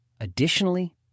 Additionally